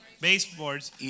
baseboards